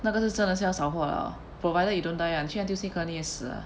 那个是真的是要扫货了 provided you don't die ah 你去 N_T_U_C 可能你也死啊